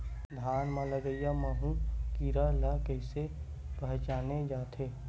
धान म लगईया माहु कीरा ल कइसे पहचाने जाथे?